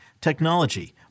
technology